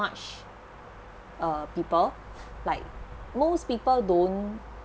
much uh people like most people don't